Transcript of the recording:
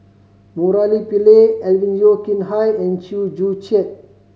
Murali Pillai Alvin Yeo Khirn Hai and Chew Joo Chiat